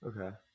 Okay